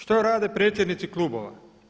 Što rade predsjednici klubova?